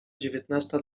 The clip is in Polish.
dziewiętnasta